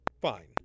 Fine